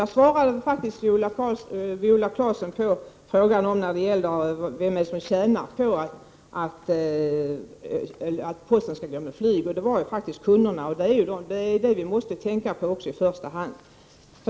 Jag svarade på Viola Claessons fråga om vem som tjänar på att posten går med flyg. Det är kunderna, och det är dem vi måste tänka på i första hand.